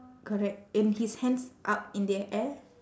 correct and his hands up in the air